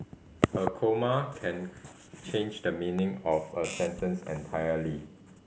a comma can change the meaning of a sentence entirely